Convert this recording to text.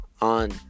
on